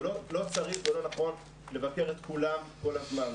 אבל לא צריך ולא נכון לבקר את כולם כל הזמן.